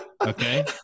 okay